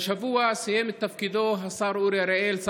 השבוע סיים את תפקידו השר אורי אריאל,